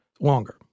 longer